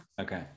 Okay